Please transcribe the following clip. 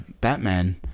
Batman